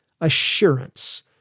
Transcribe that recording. assurance